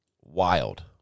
Wild